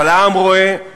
אבל העם רואה,